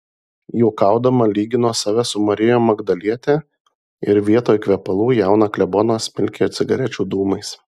juokaudama lygino save su marija magdaliete ir vietoj kvepalų jauną kleboną smilkė cigarečių dūmais